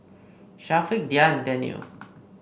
Syafiq Dhia and Daniel